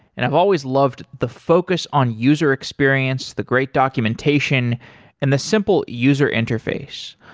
and i've always loved the focus on user experience, the great documentation and the simple user interface.